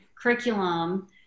curriculum